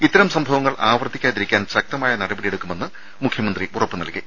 ഇത്തരം സംഭവങ്ങൾ ആവർത്തിക്കാതിരിക്കാൻ ശക്തമായ നടപടിയെടുക്കുമെന്ന് മുഖ്യമന്ത്രി ഉറപ്പു നല്കി